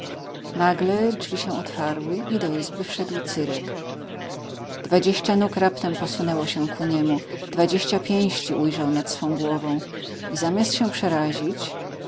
nagle drzwi się otwarły i do izby wszedł cyrek dwadzieścia nóg raptem posunęło się ku niemu dwadzieścia pięści ujrzał nad swą głową i zamiast się przerazić